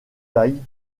tailles